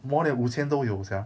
more than 五千都有 sia